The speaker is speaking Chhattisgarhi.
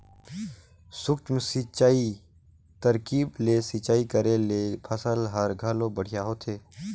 सूक्ष्म सिंचई तरकीब ले सिंचई करे ले फसल हर घलो बड़िहा होथे